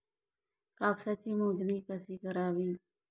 कापसाची मोजणी कशी करावी?